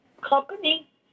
company